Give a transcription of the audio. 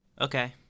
Okay